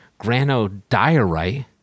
granodiorite